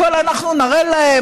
אנחנו נראה להם,